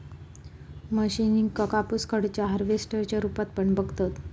मशीनका कापूस काढुच्या हार्वेस्टर च्या रुपात पण बघतत